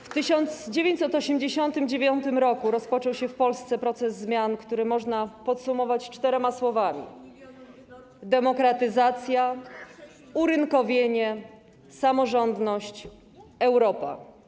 W 1989 r. rozpoczął się w Polsce proces zmian, który można podsumować czterema słowami: demokratyzacja, urynkowienie, samorządność, Europa.